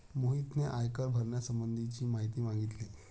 मोहितने आयकर भरण्यासंबंधीची माहिती मागितली